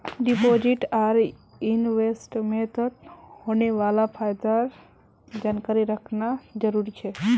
deposit आर इन्वेस्टमेंटत होने वाला फायदार जानकारी रखना जरुरी छे